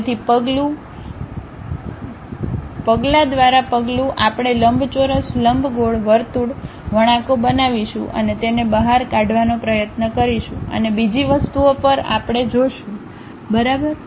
તેથી પગલું દ્વારા પગલું આપણે લંબચોરસ લંબગોળ વર્તુળ વણાંકો બનાવીશું અને તેને બહાર કાઢવાનો પ્રયત્ન કરીશું અને બીજી વસ્તુઓ પર આપણે જોશું બરાબર